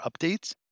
updates